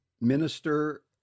minister